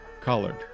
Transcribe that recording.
colored